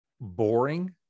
boring